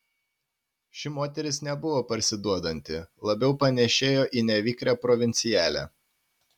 ši moteris nebuvo parsiduodanti labiau panėšėjo į nevikrią provincialę